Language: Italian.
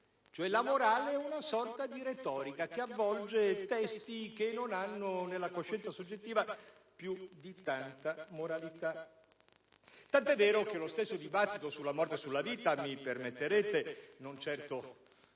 cioè la morale è una sorta di retorica che avvolge testi che non hanno nella coscienza soggettiva più di tanta moralità. Tanto è vero che lo stesso dibattito sulla morte e sulla vita, mi permetterete (da parte